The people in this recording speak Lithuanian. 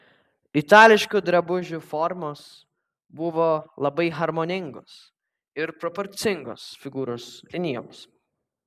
itališkų drabužių formos buvo labai harmoningos ir proporcingos figūros linijoms